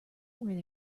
where